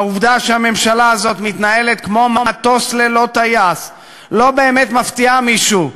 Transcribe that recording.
העובדה שהממשלה הזאת מתנהלת כמו מטוס ללא טייס לא באמת מפתיעה מישהו.